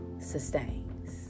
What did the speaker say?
sustains